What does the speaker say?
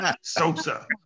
Sosa